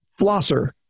flosser